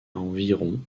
environ